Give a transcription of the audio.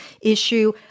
issue